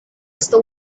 was